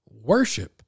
worship